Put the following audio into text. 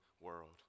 world